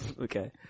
Okay